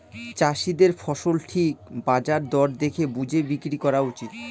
চাষীদের ফসল ঠিক বাজার দর দেখে বুঝে বিক্রি করা উচিত